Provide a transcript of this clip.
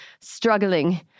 struggling